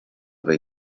või